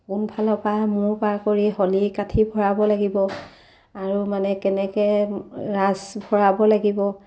কোনফালৰ পৰা মূৰ পাৰ কৰি হলি কাঠি ভৰাব লাগিব আৰু মানে কেনেকৈ ৰাঁচ ভৰাব লাগিব